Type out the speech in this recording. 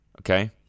okay